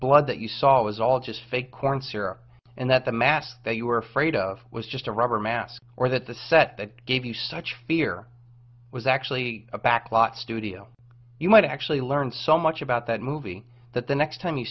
blood that you saw was all just fake corn syrup and that the mask that you were afraid of was just a rubber mask or that the set that gave you such fear was actually a backlot studio you might actually learn so much about that movie that the next time you